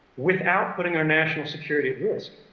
without putting our national security at risk.